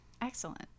Excellent